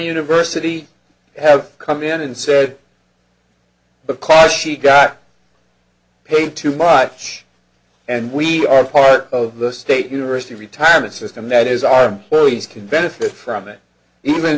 university have come in and said because she got paid too much and we are part of the state university retirement system that is our wellies can benefit from it even